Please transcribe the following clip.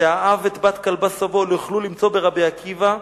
שאהב את בת כלבא שבוע, לא יוכלו למצא ברבי עקיבא,